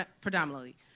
predominantly